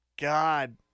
God